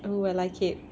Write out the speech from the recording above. oh I like it